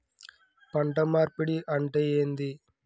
పంట మార్పిడి అంటే ఏంది?